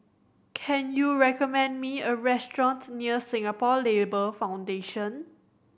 can you recommend me a restaurant near Singapore Labour Foundation